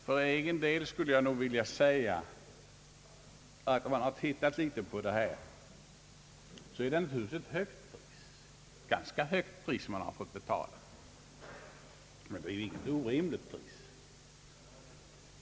För egen del skulle jag vilja säga att det naturligtvis är ett ganska högt pris man har fått betala, men det är inte något orimligt pris.